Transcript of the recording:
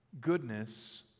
goodness